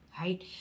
right